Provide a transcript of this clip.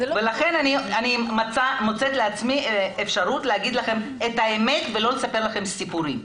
לכן אני מוצאת את האפשרות לומר לכם את האמת ולא לספר סיפורים.